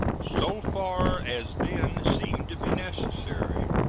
so far as then seemed to be necessary,